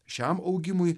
šiam augimui